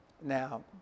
now